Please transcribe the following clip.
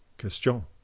Question